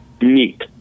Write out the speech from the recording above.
meat